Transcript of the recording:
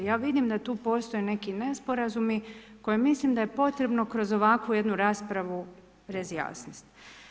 Ja vidim da tu postoje neki nesporazumi koje mislim da je potrebno kroz ovakvu jednu raspravu razjasniti.